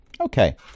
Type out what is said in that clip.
Okay